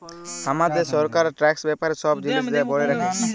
হামাদের সরকার ট্যাক্স ব্যাপারে সব জিলিস ব্যলে রাখে